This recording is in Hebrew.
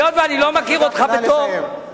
נא לסיים.